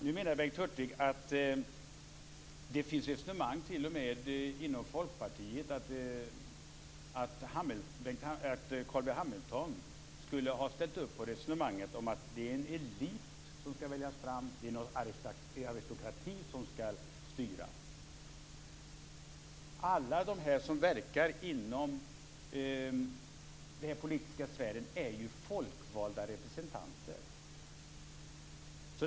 Nu menar Bengt Hurtig att Folkpartiet, närmare bestämt Carl B Hamilton, skulle ha ställt upp på resonemanget om att det är en elit som skall väljas fram, att det är en aristokrati som skall styra. Alla som verkar inom den här politiska sfären är ju folkvalda representanter.